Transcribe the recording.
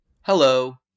Hello